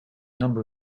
number